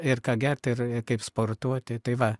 ir ką gert ir kaip sportuoti tai va